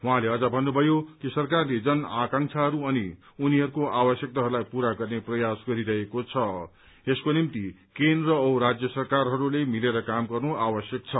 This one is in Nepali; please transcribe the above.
उहाँले अझ भन्नुभयो कि सरकारले जन आकांक्षाहरू अनि उनीहरूको आवश्यकताहरूलाई पूरा गर्ने प्रयास गरिरहेको छ यसको निम्ति केन्द्र औ राज्य सरकारहरूले मिलेर काम गर्नु आवश्यक छ